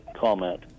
comment